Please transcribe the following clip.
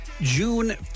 June